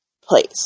place